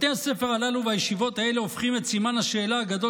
בתי הספר הללו והישיבות האלה הופכים את סימן השאלה הגדול